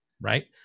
right